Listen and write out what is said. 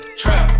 trap